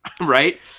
Right